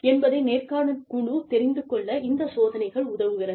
என்பதை நேர்காணல் குழு தெரிந்து கொள்ள இந்த சோதனைகள் உதவுகிறது